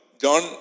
John